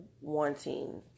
wanting